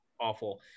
awful